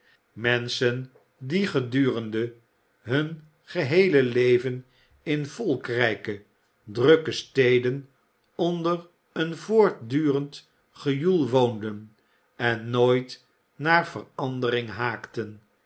menschen die gedurende hun geheele leven in volkrijke drukke steden onder een voortdurend gejoel woonden en nooit naar verandering haakten